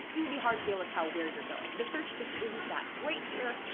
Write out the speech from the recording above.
it would be hard to be able to tell where you're going. the search just isn't that great here.